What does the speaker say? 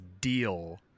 deal